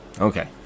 okay